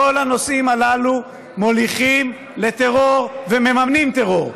כל הנושאים הללו מוליכים לטרור ומממנים טרור.